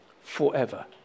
forever